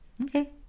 Okay